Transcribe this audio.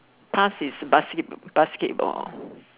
past is basket~ basketball